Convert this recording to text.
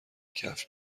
کفش